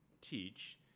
teach